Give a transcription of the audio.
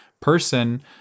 person